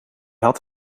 had